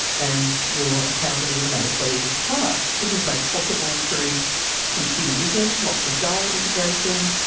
and your account is automatically charged. this is made possible through computer vision, lots of data integration.